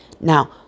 Now